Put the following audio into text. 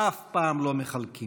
מפעל חלוצי מופלא.